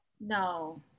No